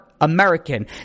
American